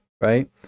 right